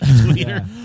Twitter